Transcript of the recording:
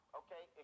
okay